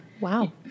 Wow